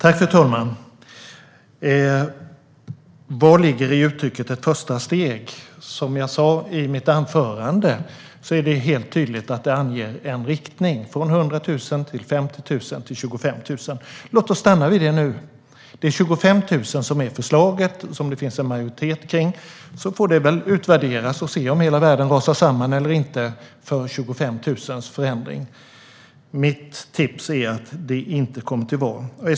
Fru talman! Vad ligger i uttrycket "ett första steg"? Som jag sa i mitt anförande är det tydligt att det anger en riktning - från 100 000 till 50 000 till 25 000. Låt oss nu stanna vid det. Det är 25 000 som är förslaget, som det finns en majoritet kring. Det får väl utvärderas sedan. Vi får se om hela världen rasar samman i och med denna förändring, som handlar om 25 000. Mitt tips är att det inte kommer att bli så.